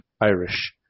Irish